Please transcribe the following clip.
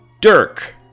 Dirk